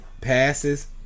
passes